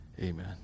Amen